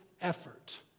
effort